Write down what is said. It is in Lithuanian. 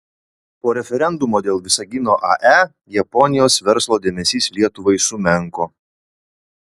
po referendumo dėl visagino ae japonijos verslo dėmesys lietuvai sumenko